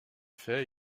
faits